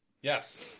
yes